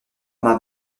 mâts